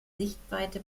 sichtweite